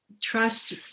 trust